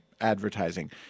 advertising